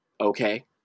Okay